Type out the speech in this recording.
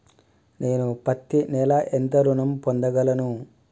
నేను పత్తి నెల ఎంత ఋణం పొందగలను?